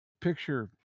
picture